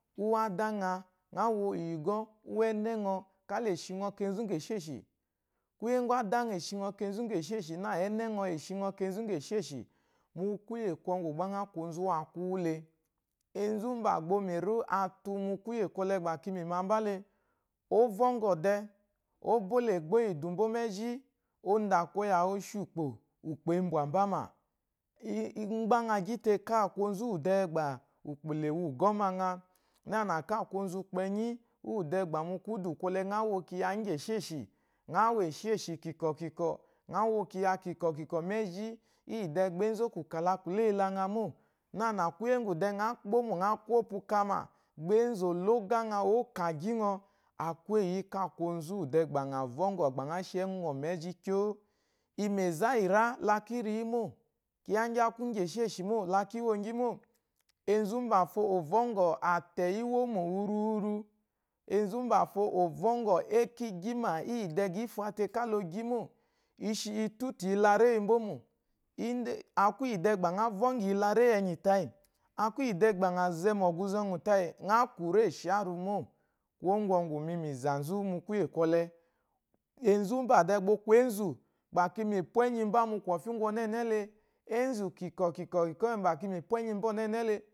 Úwù ádá ŋa, ŋa wo wu ìgɔ́, úwù ɛ́nɛ́ ŋɔ, ká la ò shi ŋɔ kenzu úŋgéshêshì. Kwúyè úŋgwù ádá ŋa è shi ŋɔ kenzu úŋgèshêshì nâ ɛ́nɛ́ ŋɔ è shi ŋɔ kenzu úŋgèshêshì mu kwúyè kwɔŋgwù gbá ŋá kwu onzu úwakwú le. Enzú mbà gbà o mìrí atu le. Enzu úmbà gbà mìrí atu le, kwúyè kwɔlɛ gbà ki yi mìma mbá le, ó vɔ́ŋgɔ̀ dɛɛ, ó bó la ègbó íyì ìdù mbó mɛ́zhí, o ndà kwɔyà o shi ùkpò, ùkpò e mbwà mbá mà. Iŋ iŋ gbá ŋa gyí te, káa kwu onzu wù dɛɛ gbà ùkpò la è wo ùgɔ́ maŋa, nânà káa kwu onzu ukpɛnyí, úwù dɛɛ gbà mu kwúdù kwɔlɛ ŋá wo kyiya íŋgyì èshêshì, ŋá wo èshêshì kìkɔ̀ kìkɔ̀, ŋá wo kyiya kìkɔ̀ kìkɔ̀ mézhí, íyì dɛɛ gbá onzu é kwù kà la kwùléyi la ŋa mô, nânà kwúyé ŋgwù dɛɛ ŋá kpómò, ŋá kwú ópwu kamà, gbá énzù ò ló ógá ŋa, ó kàgyí ŋɔ, a kwu éyi yí ká a kwu onzu úwù dɛɛ gbà ŋa vɔ́ngɔ̀ gbà ŋa shi ɛŋwú nɔɔ̀ mu ɛ́zhí kyóó. Imɛ̀zà íyìrá, la kí ri yí mô, kyiya íŋgyì á kwu ìŋgyì èshêshí mô, la kí wo ŋgyí mô. Enzu úmbàfo ò vɔ́ŋgɔ̀ àtɛ̀ íwómò, wuruwuru. Enzu úmbàfo ò vɔ́ŋgɔ̀ éko ígyímà íyì dɛɛ gbá i fa te kála o gyí mô. I shi i tútù iyilaréyi mbó mô. In dé a kwu íyì dɛɛ gbà ŋa vɔ́ŋɔ̀ iyilaréyi ɛ̀nyì tayì, a kwu íyì dɛɛ gbà ŋa zɛ mu ɔ̀gwuzɛ ɔŋwù tayì, ŋá kwù rê sháru mô. Kwuwó ŋgwɔŋgwù mì yi mìzà nzú mu kwúyè kwɔlɛ. Enzu mbà bà ɔ gbà o kwu énzù, bà kì yi mu ipwà ɛnyíi mbá mu kwɔ̀fyì úŋgwù ɔnɛ́ɛnɛ́ le, eénzù kìkɔ̀ kìkɔ̀ kìkɔ̀ gbà kì yi mu ìpwà ɛnyíi mbá ɔnɛ́ɛnɛ le